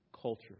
culture